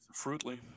fruitly